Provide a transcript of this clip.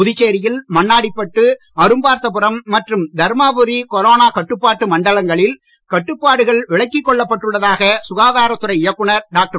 புதுச்சேரியில் மண்ணாடிப்பட்டு அரும்பார்த்தபுரம் மற்றும் தர்மாபுரி கொரோனா கட்டுப்பாட்டு மண்டலங்களில் கட்டுப்பாடுகள் விலக்கிக் கொள்ளப் பட்டுள்ளதாக சுகாதாரத் துறை இயக்குனர் டாக்டர்